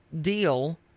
deal